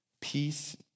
peace